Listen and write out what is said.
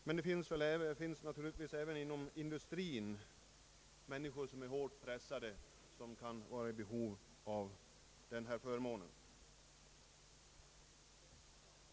Det finns naturligtvis även inom industrin människor som är hårt pressade och som kan vara i behov av en sådan förmån.